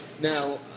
Now